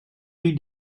rue